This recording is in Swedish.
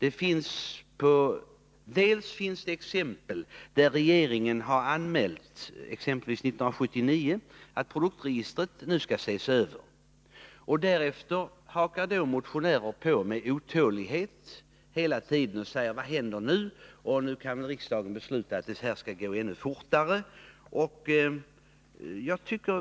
Exempelvis har regeringen 1979 anmält att produktregistret skall ses över, och därefter har motionärer hela tiden hakat på med otålighet och frågat vad som händer och sagt: Nu kan väl riksdagen besluta att det skall gå ännu fortare.